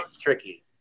tricky